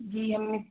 जी हम